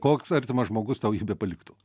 koks artimas žmogus tau ji bepaliktų